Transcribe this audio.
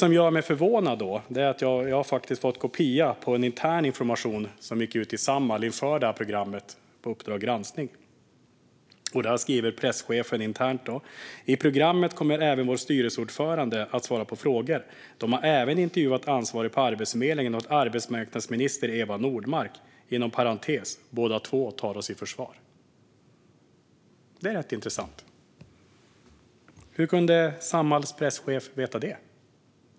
Jag har fått en kopia på intern information som gick ut till Samhall inför programmet Uppdrag granskning , och det här gör mig förvånad. Där skriver presschefen: I programmet kommer även vår styrelseordförande att svara på frågor. De har även intervjuat ansvarig på Arbetsförmedlingen och arbetsmarknadsminister Eva Nordmark. Båda två tar oss i försvar, står det inom parentes. Det är rätt intressant. Hur kunde Samhalls presschef veta det?